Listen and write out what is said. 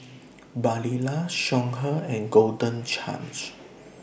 Barilla Songhe and Golden Chance